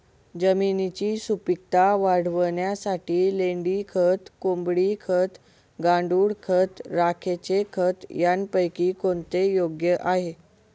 जमिनीची सुपिकता वाढवण्यासाठी लेंडी खत, कोंबडी खत, गांडूळ खत, राखेचे खत यापैकी कोणते योग्य आहे?